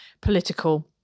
political